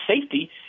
safety